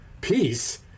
Peace